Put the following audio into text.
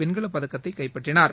வெண்கலப்பதக்கத்தை கைப்பற்றினார்